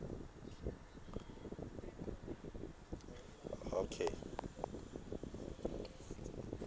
okay